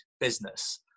business